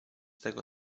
tego